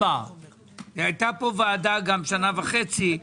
הייתה פה ועדה שנה וחצי.